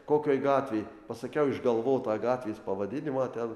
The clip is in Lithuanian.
kokioj gatvėj pasakiau išgalvotą gatvės pavadinimą ten